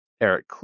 Eric